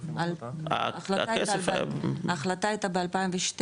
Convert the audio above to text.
ההחלטה הייתה ב-2012,